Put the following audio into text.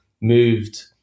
moved